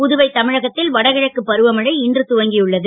புதுவை தமிழகத் ல் வடகிழக்கு பருவமழை இன்று துவங்கியுள்ளது